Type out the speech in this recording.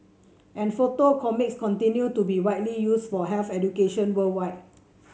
and photo comics continue to be widely used for health education worldwide